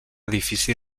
edifici